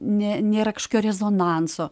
ne nėra kažkokio rezonanso